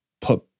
put